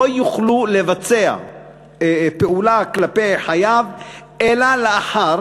לא יוכלו לבצע פעולה כלפי חייב אלא לאחר